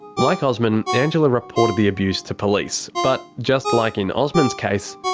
like osman, angela reported the abuse to police, but just like in osman's case,